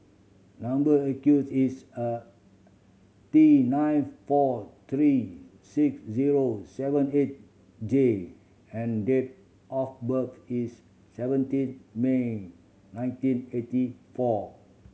number is a T nine four three six zero seven eight J and date of birth is seventeen May nineteen eighty four